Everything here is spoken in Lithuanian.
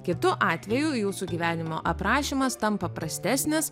kitu atveju jūsų gyvenimo aprašymas tampa prastesnis